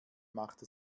machte